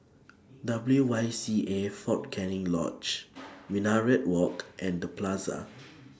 W Y C A Fort Canning Lodge Minaret Walk and The Plaza